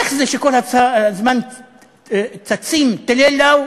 איך זה שכל הזמן צצים טילי "לאו"